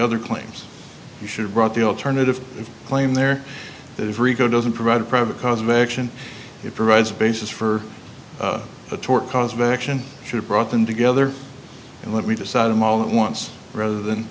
other claims you should have brought the alternative claim there is rico doesn't provide a private cause of action it provides a basis for a tort cause of action should brought them together and let me decide i'm all that once rather than